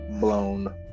blown